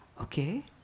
Okay